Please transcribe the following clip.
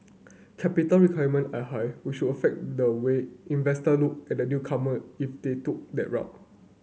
capital requirement are high which would affect the way investor looked at the newcomer if they took that route